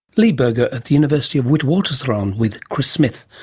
lee berger at the university of witwatersrand, with chris smith,